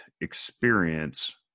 experience